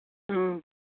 ꯎꯝ